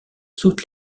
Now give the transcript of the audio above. saute